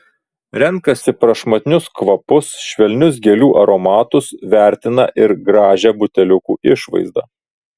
renkasi prašmatnius kvapus švelnius gėlių aromatus vertina ir gražią buteliukų išvaizdą